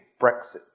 Brexit